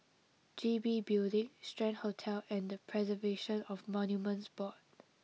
G B Building Strand Hotel and The Preservation of Monuments Board